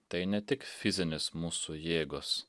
tai ne tik fizinės mūsų jėgos